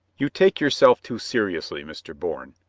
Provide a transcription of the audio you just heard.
you take yourself too seriously, mr. bourne,